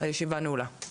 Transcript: הישיבה נעולה.